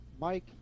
Mike